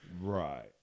Right